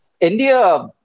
India